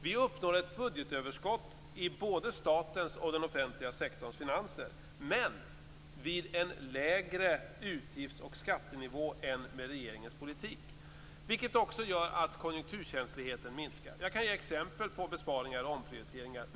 Vi uppnår ett budgetöverskott i både statens och den offentliga sektorns finanser, men vid en lägre utgifts och skattenivå än vad som sker med regeringens politik. Det gör också att konjunkturkänsligheten minskar. Jag kan ge exempel på besparingar och omprioriteringar.